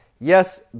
Yes